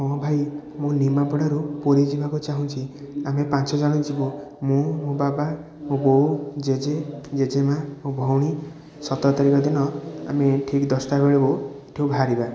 ହଁ ଭାଇ ମୁଁ ନିମାପଡ଼ାରୁ ପୁରୀ ଯିବାକୁ ଚାହୁଁଛି ଆମେ ପାଞ୍ଚ ଜଣ ଯିବୁ ମୁଁ ମୋ ବାବା ମୋ ବୋଉ ଜେଜେ ଜେଜେମା ମୋ ଭଉଣୀ ସତର ତାରିଖ ଦିନ ଆମେ ଠିକ୍ ଦଶଟା ବେଳକୁ ଏଇଠୁ ବାହାରିବା